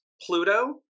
Pluto